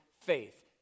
faith